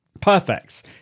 perfect